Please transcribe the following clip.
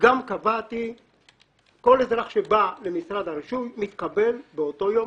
קבעתי שכל אזרח שבא למשרד הרישוי מתקבל באותו היום,